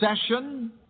session